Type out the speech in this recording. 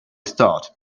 start